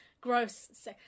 gross